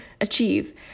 achieve